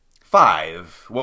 five